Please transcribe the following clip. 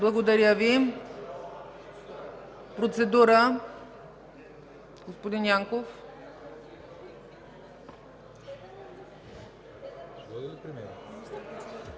Благодаря Ви. Процедура – господин Миков.